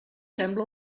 sembla